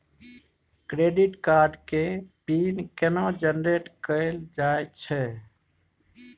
Credit card के pin केना generate कैल जाए छै?